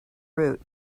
route